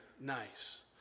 nice